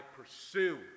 pursue